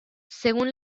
según